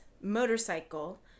motorcycle